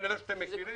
אלה שאתם מכירים,